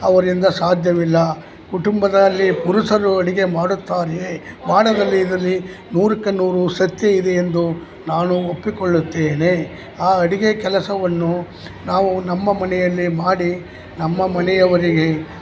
ಅವರಿಂದ ಸಾಧ್ಯವಿಲ್ಲ ಕುಟುಂಬದಲ್ಲಿ ಪುರುಷರು ಅಡುಗೆ ಮಾಡುತ್ತಾರೆಯೇ ಮಾಡದಲ್ಲಿ ಇದರಲ್ಲಿ ನೂರಕ್ಕೆ ನೂರು ಸತ್ಯ ಇದೆ ಎಂದು ನಾನು ಒಪ್ಪಿಕೊಳ್ಳುತ್ತೇನೆ ಆ ಅಡುಗೆ ಕೆಲಸವನ್ನು ನಾವು ನಮ್ಮ ಮನೆಯಲ್ಲೇ ಮಾಡಿ ನಮ್ಮ ಮನೆಯವರಿಗೆ